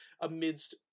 amidst